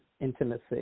intimacy